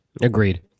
Agreed